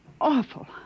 awful